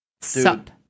sup